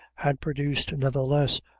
had produced, nevertheless,